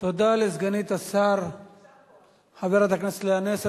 תודה לסגנית השר חברת הכנסת לאה נס.